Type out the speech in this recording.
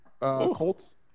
Colts